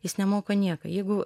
jis nemoka nieką jeigu